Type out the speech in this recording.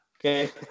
Okay